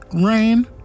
Rain